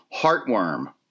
Heartworm